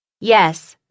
Yes